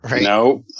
No